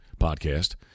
podcast